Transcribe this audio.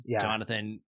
Jonathan